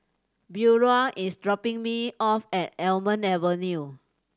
Beaulah is dropping me off at Almond Avenue